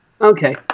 Okay